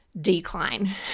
decline